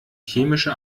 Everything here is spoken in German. chemische